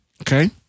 okay